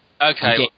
Okay